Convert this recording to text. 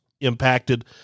impacted